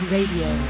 Radio